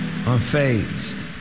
unfazed